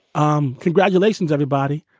um congratulations, everybody.